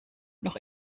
noch